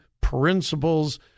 principles